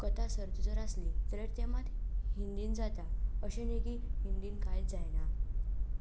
कथा सर्त जर आसली जाल्यार ते मात हिंदींत जाता अशें न्ही की हिंदींत कांयच जायना